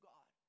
God